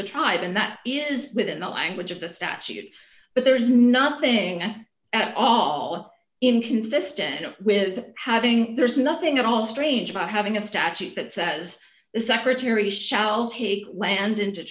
the tribe and that is within the language of the statute but there is nothing at all inconsistent with having there's nothing at all strange about having a statute that says the secretary